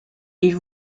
ils